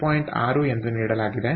6 ಎಂದು ನೀಡಲಾಗಿದೆ